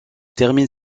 termine